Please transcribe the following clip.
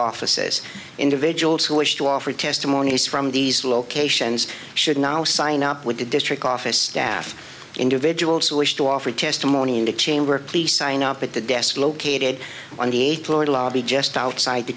offices individuals who wish to offer testimonies from these locations should now sign up with the district office staff individuals who wish to offer testimony in the chamber please sign up at the desk located on the eighth floor the lobby just outside the